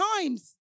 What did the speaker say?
times